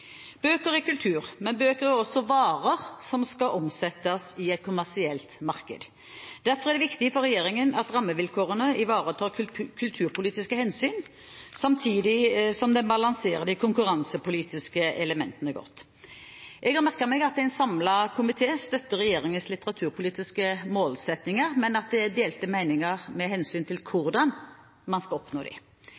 Bøker er kultur, men bøker er også varer som skal omsettes i et kommersielt marked. Derfor er det viktig for regjeringen at rammevilkårene ivaretar kulturpolitiske hensyn, samtidig som de balanserer de konkurransepolitiske elementene godt. Jeg har merket meg at en samlet komité støtter regjeringens litteraturpolitiske målsettinger, men at det er delte meninger med hensyn til